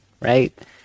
right